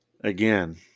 Again